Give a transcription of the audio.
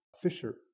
Fisher